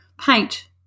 paint